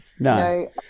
No